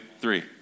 three